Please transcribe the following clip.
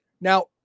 Now